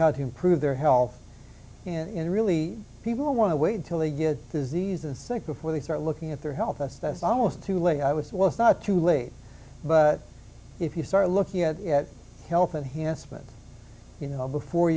how to improve their health and really people want to wait until they get diseases sick before they start looking at their health us that's almost too late i was well it's not too late but if you start looking at health and has spent you know before